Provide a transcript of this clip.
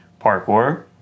parkour